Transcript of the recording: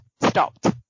stopped